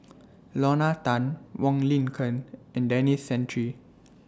Lorna Tan Wong Lin Ken and Denis Santry